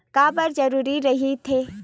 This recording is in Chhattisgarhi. का बार जरूरी रहि थे?